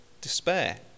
despair